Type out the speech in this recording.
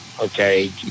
okay